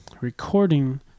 recording